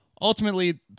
ultimately